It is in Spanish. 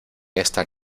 esta